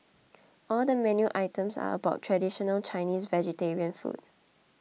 all the menu items are about traditional Chinese vegetarian food